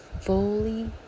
fully